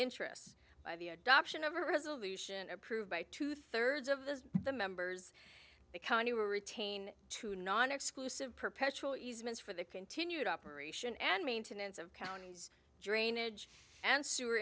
interests by the adoption of a resolution approved by two thirds of the the members the county will retain two non exclusive perpetual easements for the continued operation and maintenance of counties drainage and sewer